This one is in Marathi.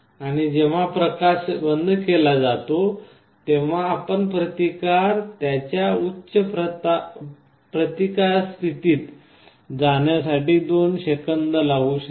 आणि जेव्हा प्रकाश बंद केला जातो तेव्हा आपण प्रतिकार त्याच्या उच्च प्रतिकार स्थितीत जाण्यासाठी दोन सेकंद लागू शकतात